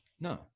No